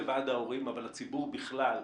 לוועד ההורים אבל לציבור בכלל,